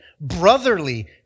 brotherly